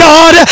God